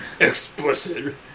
Explicit